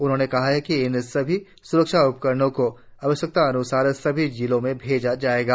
उन्होंने कहा कि इन सभी स्रक्षा उपकरणों को आवश्यकतान्सार सभी जिलों में भेजा जाएगा